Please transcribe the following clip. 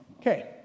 Okay